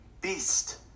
beast